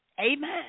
amen